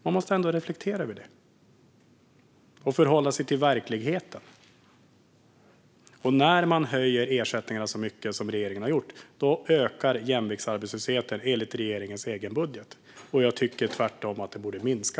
Man måste reflektera över detta och förhålla sig till verkligheten. När man höjer ersättningarna så mycket som regeringen har gjort ökar jämviktsarbetslösheten, enligt regeringens egen budget. Jag tycker att den tvärtom borde minska.